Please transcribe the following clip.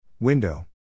Window